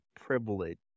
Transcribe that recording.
privilege